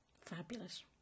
Fabulous